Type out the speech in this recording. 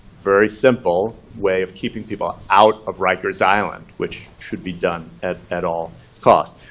very simple way of keeping people out of rikers island, which should be done at at all costs.